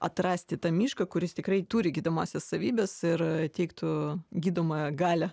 atrasti tą mišką kuris tikrai turi gydomąsias savybes ir teiktų gydomąją galią